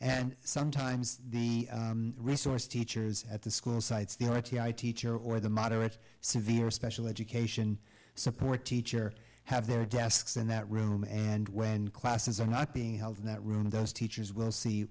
and sometimes the resource teachers at the school sites the r t i teacher or the moderate severe special education support teacher have their desks in that room and when classes are not being held in that room those teachers will see